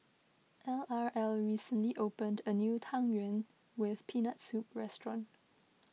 L R L recently opened a new Tang Yuen with Peanut Soup restaurant